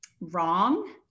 wrong